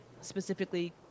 specifically